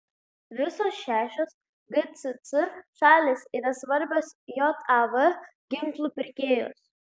visos šešios gcc šalys yra svarbios jav ginklų pirkėjos